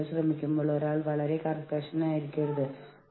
നമ്മൾക്ക് ഉള്ളിൽ നിന്ന് തിരഞ്ഞെടുക്കുന്ന പ്രമോഷന്റെ സംവിധാനമുണ്ട്